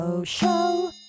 show